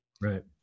Right